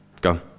Go